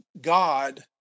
God